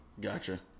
Gotcha